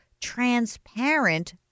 transparent